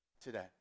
today